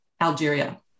Algeria